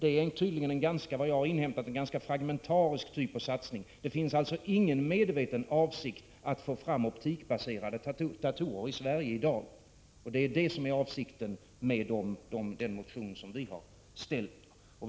Enligt vad jag inhämtat är det en ganska fragmentarisk typ av satsning. Det finns alltså ingen medveten avsikt att få fram optikbaserade datorer i Sverige i dag, och det är det som är avsikten med den motion vi har väckt.